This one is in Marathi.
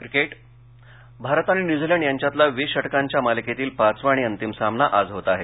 क्रिकेट भारत आणि न्यूझीलंड यांच्यातला वीस षटकांच्या मालिकेतील पाचवा आणि अंतिम सामना आज होत आहे